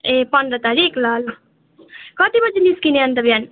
ए पन्ध्र तारिक ल ल कति बजे निस्किने अनि त बिहान